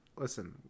listen